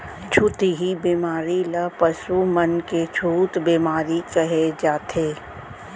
छुतही बेमारी ल पसु मन के छूत बेमारी कहे जाथे